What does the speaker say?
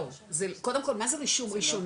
לא, קודם כל, מה זה רישום ראשוני?